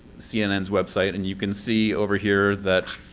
cnn's website. and you can see over here that